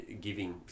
giving